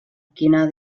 quina